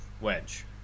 Wedge